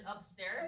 upstairs